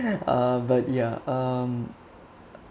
uh but yeah um